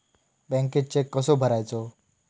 बँकेत चेक कसो भरायचो?